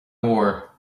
mór